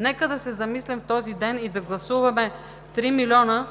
Нека да се замислим в този ден и да гласуваме 3 милиона